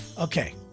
Okay